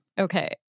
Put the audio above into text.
Okay